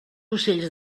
ocells